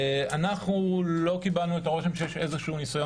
אנחנו לא קיבלנו את הרושם שיש איזשהו ניסיון